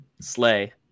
Slay